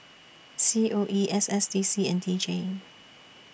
C O E S S D C and D J